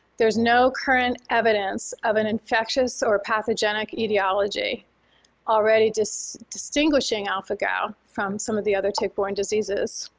there's no current evidence of an infectious or pathogenic etiology already just distinguishing alpha-gal from some of the other tick-borne diseases.